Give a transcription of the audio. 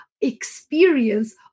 experience